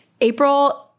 April